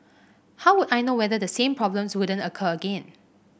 how would I know whether the same problems wouldn't occur again